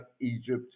Egypt